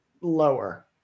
Lower